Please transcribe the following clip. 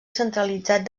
centralitzat